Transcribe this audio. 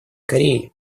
кореи